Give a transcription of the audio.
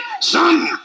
son